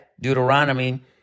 Deuteronomy